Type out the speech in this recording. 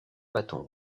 bâton